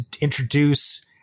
introduce